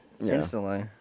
instantly